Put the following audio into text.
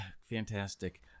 fantastic